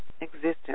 existence